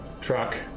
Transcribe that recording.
truck